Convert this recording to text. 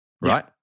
right